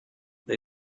they